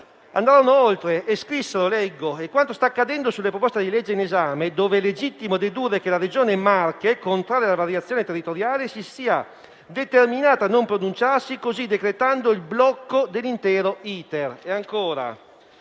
andarono oltre e scrissero che, da quanto stavo accadendo sulla proposta di legge in esame, era legittimo dedurre che la Regione Marche, contraria alla variazione territoriale, si sia determinata a non pronunciarsi, così decretando il blocco dell'intero